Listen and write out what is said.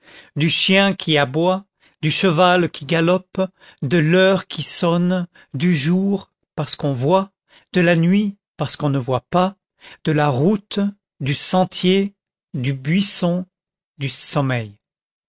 du chien qui aboie du cheval qui galope de l'heure qui sonne du jour parce qu'on voit de la nuit parce qu'on ne voit pas de la route du sentier du buisson du sommeil